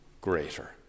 greater